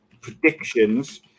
predictions